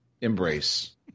embrace